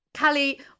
Callie